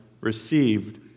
received